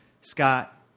Scott